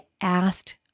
asked